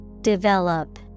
Develop